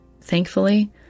Thankfully